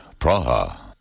Praha